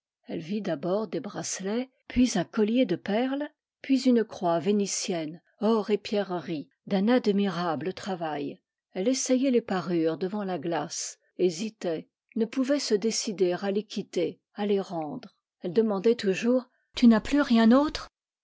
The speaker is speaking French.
elle vit d'abord des bracelets puis un collier de perles puis une croix vénitienne or et pierreries d'un admirable travail elle essayait les parures devant la glace hésitait ne pouvait se décider à les quitter à les rendre elle demandait toujours tu n'as plus rien autre